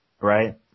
Right